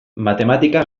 matematika